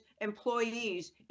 employees